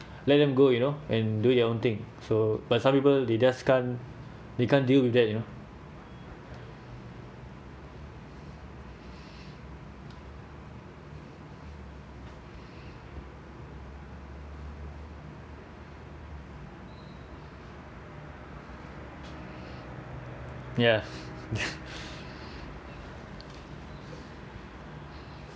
let them go you know and do your own thing so but some people they just can't they can’t deal with that you know yes